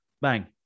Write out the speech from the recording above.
bang